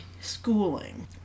schooling